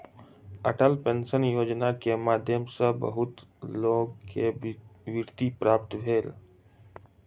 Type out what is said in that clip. Atal pension Yojana के माध्यम सॅ बहुत लोक के वृत्ति प्राप्त भेल